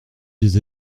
des